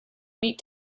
meat